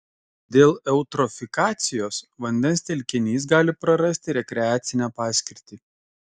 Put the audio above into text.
dėl eutrofikacijos vandens telkinys gali prarasti rekreacinę paskirtį